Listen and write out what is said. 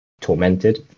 tormented